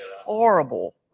horrible